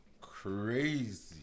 Crazy